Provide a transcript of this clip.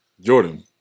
Jordan